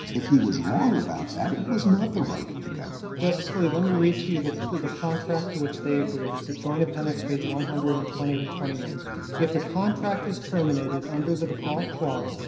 if he was wrong about that, it was not the right of the government. katyal justice scalia, let me read to you the the contract to which they agreed. it's at joint appendix, page one hundred and twenty to twenty one if the contract is terminated under the default clause,